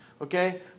Okay